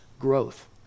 growth